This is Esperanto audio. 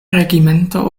regimento